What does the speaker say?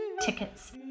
Tickets